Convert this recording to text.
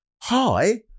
Hi